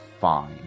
fine